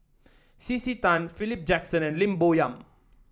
C C Tan Philip Jackson and Lim Bo Yam